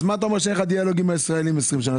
אז מה אתה אומר שאין לך דיאלוג עם הישראלים 20 שנה.